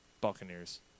Buccaneers